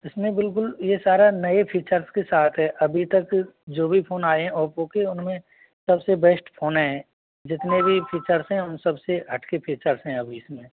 इसमें बिलकुल यह सारा नए फीचर्स के साथ है अभी तक जो भी फ़ोन आए हैं ओप्पो के उनमें सबसे बेस्ट फ़ोन है जितने भी फीचर्स हैं उन सबसे हट कर फीचर्स हैं अभी इसमें